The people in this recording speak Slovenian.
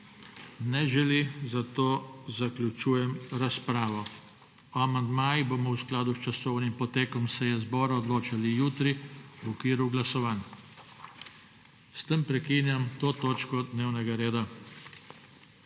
Ne želi, zato zaključujem razpravo. O amandmajih bomo v skladu s časovnim potekom seje zbora odločali jutri v okviru glasovanj. S tem prekinjam to točko dnevnega reda.